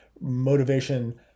motivation